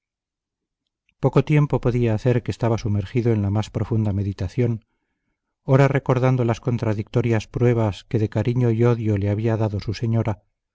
poco tiempo podía hacer que estaba sumergido en la más profunda meditación ora recordando las contradictorias pruebas que de cariño y odio le había dado su señora